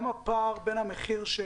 גם הפער בין מה שמשלם